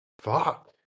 Fuck